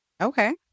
okay